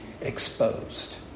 exposed